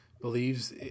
believes